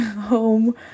home